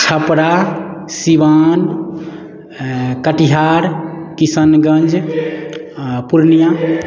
छपरा सिवान कटिहार किशनगञ्ज अऽ पुर्णिया